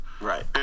Right